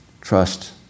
Trust